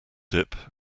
dip